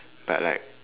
but like